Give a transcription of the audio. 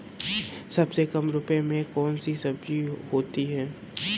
सबसे कम रुपये में कौन सी सब्जी होती है?